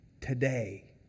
today